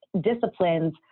disciplines